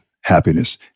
happiness